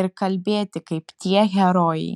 ir kalbėti kaip tie herojai